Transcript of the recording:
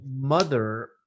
mother